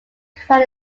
crown